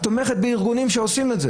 את תומכת בארגונים שעושים את זה